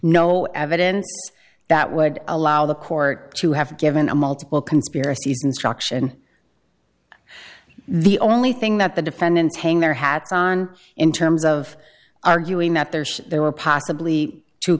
no evidence that would allow the court to have given a multiple conspiracies instruction the only thing that the defendants hang their hats on in terms of arguing that there's there were possibly t